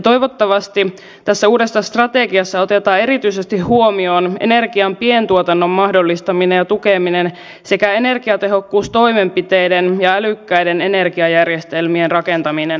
meillä on joitakin esimerkkejä omahoidosta jo tässä maassa olemassa mutta kovin laajalle ne eivät ole vielä levinneet